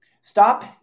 Stop